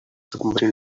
submarine